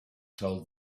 told